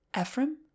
Ephraim